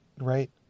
Right